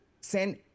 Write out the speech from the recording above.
send